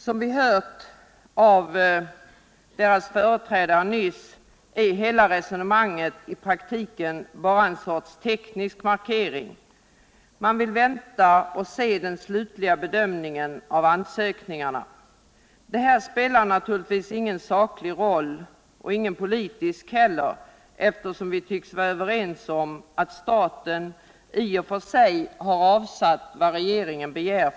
Som vi nyss hört av deras företrädare är hela resonemanget i praktiken bara en sorts teknisk markering, eftersom de vill vänta för att kunna göra en slutlig bedömning av ansökningarna. Detta spelar naturligtvis ingen saklig roll — och ingen politisk roll heller — eftersom vi tycks vara överens om att staten har avsatt det belopp för långivningen som regeringen begär.